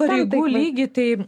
pareigų lygį tai